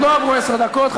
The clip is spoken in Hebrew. עוד לא עברו עשר דקות,